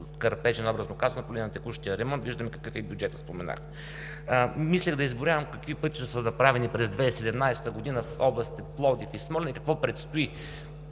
кърпежи най-образно казано, по линия на текущия ремонт виждаме и какъв е бюджетът, споменах. Мислех да изброявам какви пътища са направени през 2017 г. в областите Пловдив и Смолян и какво предстои.